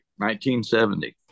1970